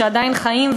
שעדיין חיים,